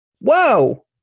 whoa